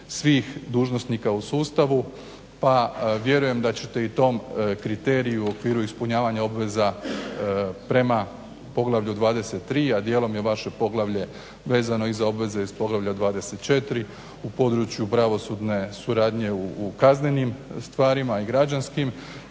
svih dužnosnika u sustavu, pa vjerujem da ćete i u tom kriteriju u okviru ispunjavanja obveza prema poglavlju 23. a dijelom je i vaše poglavlje vezano i za obveze iz poglavlja 24. u području pravosudne suradnje u kaznenim stvarima i građanskim